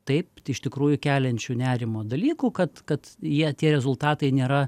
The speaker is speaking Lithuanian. taip iš tikrųjų keliančių nerimo dalykų kad kad jie tie rezultatai nėra